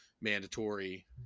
mandatory